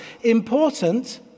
Important